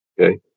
okay